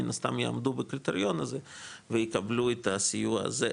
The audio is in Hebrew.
מן הסתם יעמדו בקריטריון הזה ויקבלו את הסיוע הזה,